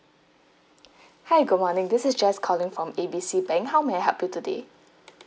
hi good morning this is jess calling from A B C bank how may I help you today